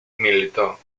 militó